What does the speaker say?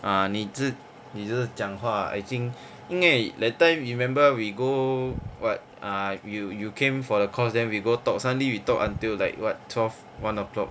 ah 你只你只是讲话 I think 因为 that time you remember we go what err you you came for the course then we go talk suddenly we talk until like what twelve one o'clock